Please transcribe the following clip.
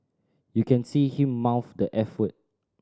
you can see him mouth the eff word